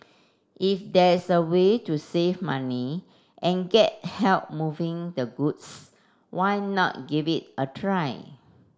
if there's a way to save money and get help moving the goods why not give it a try